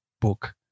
book